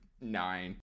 nine